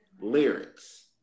Lyrics